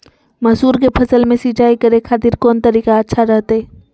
मसूर के फसल में सिंचाई करे खातिर कौन तरीका अच्छा रहतय?